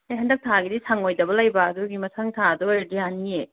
ꯑꯩ ꯍꯟꯗꯛ ꯊꯥꯒꯤꯗꯤ ꯁꯪꯉꯣꯏꯗꯕ ꯂꯩꯕ ꯑꯗꯨꯒꯤ ꯃꯊꯪ ꯊꯥꯗ ꯑꯣꯏꯔꯗꯤ ꯌꯥꯅꯤꯌꯑꯦ